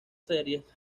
series